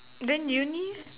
then uni